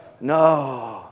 No